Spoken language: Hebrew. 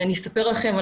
אני אספר לכם,